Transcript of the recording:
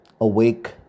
awake